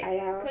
!aiya!